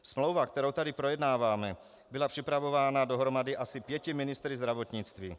Smlouva, kterou tady projednáváme, byla připravována dohromady asi pěti ministry zdravotnictví.